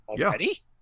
Already